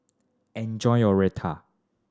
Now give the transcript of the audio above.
enjoy your Raita